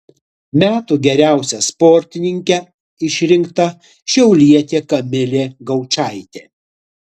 metų geriausia sportininke išrinkta šiaulietė kamilė gaučaitė